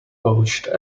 poached